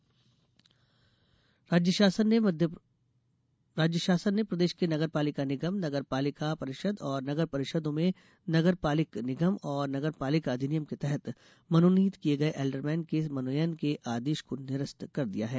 मनोनयन निरस्त राज्य शासन ने प्रदेश के नगरपालिक निगम नगरपालिका परिषद और नगर परिषदों में नगरपालिक निगम और नगरपालिका अधिनियम के तहत मनोनीत किये गये एल्डरमेन के मनोनयन के आदेश को निरस्त कर दिया गया है